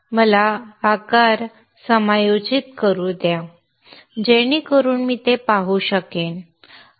मला आकार समायोजित करू द्या जेणेकरून मी ते पाहू शकेन